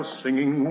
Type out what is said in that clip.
singing